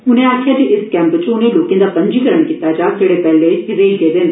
उनें गलाया जे इस कैंप च उनें लोकें दा पंजीकरण कीता जाग जेहड़े पैहले रेई गेदे न